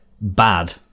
bad